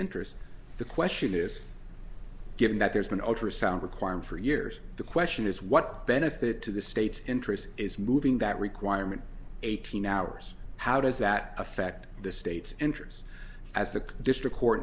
interest the question is given that there's an ultrasound required for years the question is what benefit to the state's interest is moving that requirement eighteen hours how does that affect the state's interest as the district court